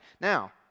Now